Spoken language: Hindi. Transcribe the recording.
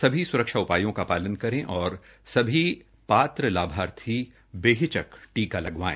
सभी सुरक्षा उपायों का पालन करें और सभी पात्र लाभार्थी बेहिचक टीका लगवाएं